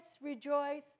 rejoice